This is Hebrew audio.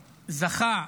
שזכה,